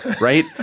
right